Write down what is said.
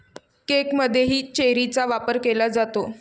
केकमध्येही चेरीचा वापर केला जातो